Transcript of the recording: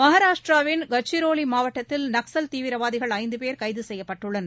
மகாராஷ்டிராவின் கச்ரோனி மாவட்டத்தில் நக்ஸல் தீவிரவாதிகள் ஐந்து பேர் கைது செய்யப்பட்டுள்ளனர்